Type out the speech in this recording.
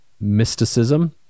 mysticism